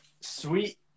sweet